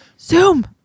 Zoom